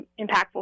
impactful